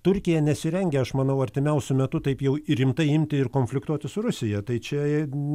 turkija nesirengia aš manau artimiausiu metu taip jau rimtai imti ir konfliktuoti su rusija tai čia jeigu